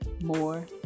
more